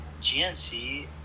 GNC